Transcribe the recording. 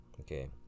Okay